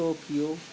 Tokyo